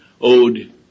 owed